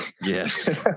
Yes